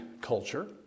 culture